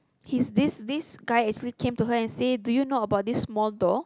he's this this guy actually came to her and say do you know about this small door